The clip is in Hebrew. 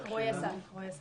רועי אסף.